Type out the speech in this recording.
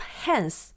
hands